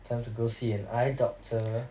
time to go see an eye doctor